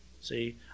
see